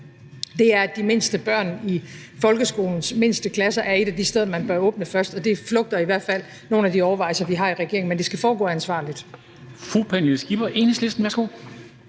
det er hos de mindste børn i folkeskolens mindste klasser, man bør åbne først, og det flugter i hvert fald med nogle af de overvejelser, vi har i regeringen. Men det skal foregå ansvarligt.